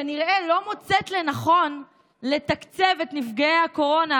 כנראה לא מוצאת לנכון לתקצב את נפגעי הקורונה